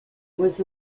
was